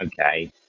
okay